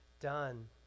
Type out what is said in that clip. done